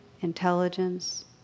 intelligence